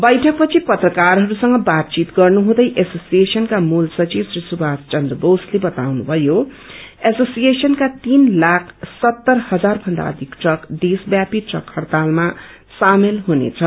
बैठक पछि पत्रकारहरसँग बातचित गर्नुहुँदै एसोसिएशनका मूल सचिव श्री सुथाष चन्द्र बोसले बताउनुभयो एसोसिएश्ननका तीन लाख सत्तर इजारभन्दा अघिक ट्रक देशव्यापी ट्रक हड्तालमा सामेल हुनेछ